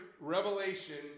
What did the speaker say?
revelation